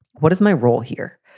what is my role here?